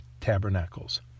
Tabernacles